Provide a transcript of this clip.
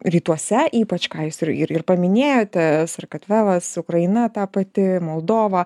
rytuose ypač ką jūs ir ir paminėjote sarkartvelas ukraina ta pati moldova